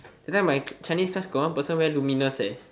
that time my chinese class got one person wear luminous eh